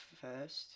first